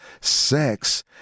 sex